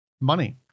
money